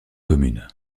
commune